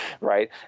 right